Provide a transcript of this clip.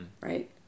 Right